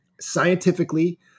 scientifically